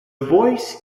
voice